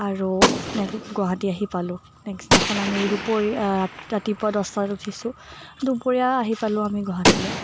আৰু গুৱাহাটী আহি পালোঁ নেক্সট দিনাখন আমি দুপৰীয়া ৰাতিপুৱা দহটাত উঠিছোঁ দুপৰীয়া আহি পালোঁ আমি গুৱাহাটীলৈ